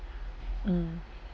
mm